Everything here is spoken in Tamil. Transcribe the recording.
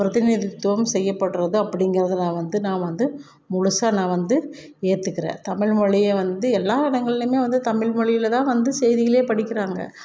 பிரதிநிதித்துவம் செய்யப்படுறது அப்படிங்கறது நான் வந்து நான் வந்து முழுசாக நான் வந்து ஏற்றுக்கறேன் தமிழ்மொழியை வந்து எல்லா இடங்கள்லேயுமே வந்து தமிழ்மொழியில் தான் வந்து செய்திகளே படிக்கின்றாங்க